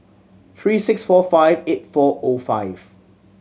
three six four five eight four O five